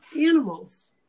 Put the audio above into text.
animals